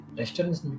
restaurants